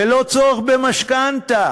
ללא צורך במשכנתה,